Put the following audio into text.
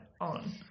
on